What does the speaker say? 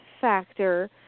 factor